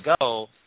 go